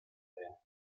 frères